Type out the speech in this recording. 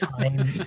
Time